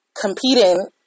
competing